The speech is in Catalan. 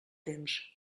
temps